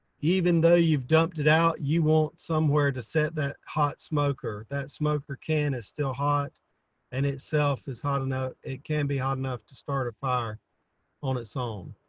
even though you've dumped it out you want somewhere to set that hot smoker. that smoker can is still hot and itself is hot enough, it can be hot enough to start a fire on its own.